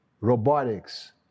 robotics